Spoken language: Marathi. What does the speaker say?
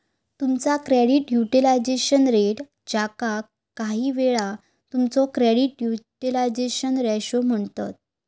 तुमचा क्रेडिट युटिलायझेशन रेट, ज्याका काहीवेळा तुमचो क्रेडिट युटिलायझेशन रेशो म्हणतत